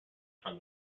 from